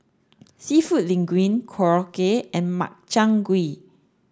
Seafood Linguine Korokke and Makchang gui